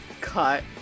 cut